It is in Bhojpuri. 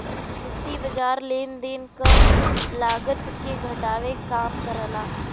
वित्तीय बाज़ार लेन देन क लागत के घटावे क काम करला